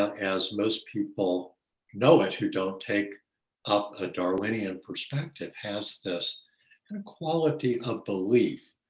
ah as most people know, as who don't take up a darwinian perspective has this kind of quality of belief.